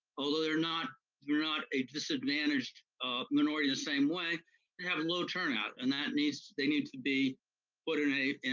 although they're not not a disadvantaged minority the same way, they have a low turnout, and that needs, they need to be put in, ideally, and